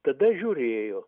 tada žiūrėjo